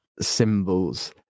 symbols